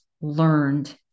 learned